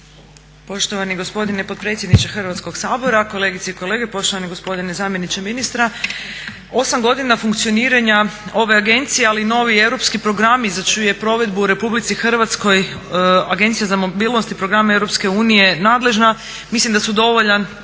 Poštovani gospodine potpredsjedniče Hrvatskog sabora, kolegice i kolege, poštovani gospodine zamjeniče ministra osam godina funkcioniranja ove agencije ali i novi europski programi za čiju je provedbu u RH Agencija za mobilnost i programe EU nadležna mislim da su dovoljan